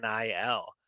NIL